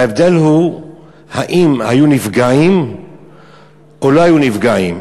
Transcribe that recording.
ההבדל הוא האם היו נפגעים או לא היו נפגעים.